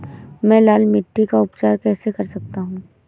मैं लाल मिट्टी का उपचार कैसे कर सकता हूँ?